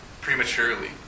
prematurely